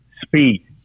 speed